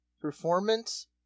Performance